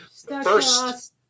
first